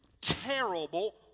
terrible